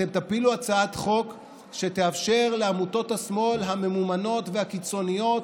אתם תפילו הצעת חוק שתאפשר לעמותות השמאל הממומנות והקיצוניות